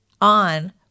on